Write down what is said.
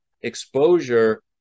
exposure